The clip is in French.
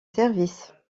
service